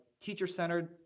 teacher-centered